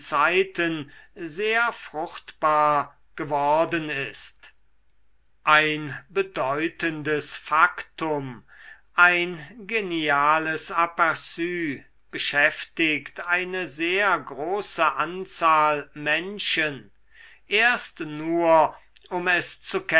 sehr fruchtbar geworden ist ein bedeutendes faktum ein geniales aperu beschäftigt eine sehr große anzahl menschen erst nur um es zu